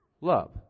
love